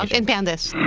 like and pandas.